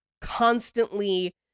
constantly